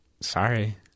Sorry